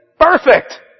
perfect